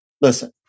Listen